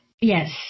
Yes